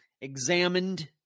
examined